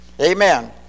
Amen